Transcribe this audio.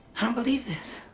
i don't believe this.